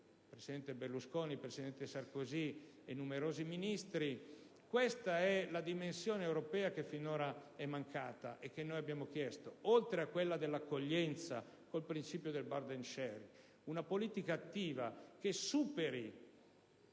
presidenti Berlusconi e Sarkozy e numerosi Ministri. Questa è la dimensione europea che finora è mancata e che noi abbiamo chiesto, oltre a quella dell'accoglienza o del principio del *burden sharing*: una politica attiva che superi